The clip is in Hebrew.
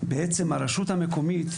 בעצם הרשות המקומית,